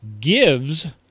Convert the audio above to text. gives